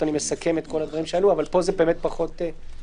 אני פשוט מסכם את כל הדברים שעלו אבל כאן זה פחות קונקרטי.